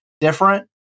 different